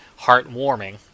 heartwarming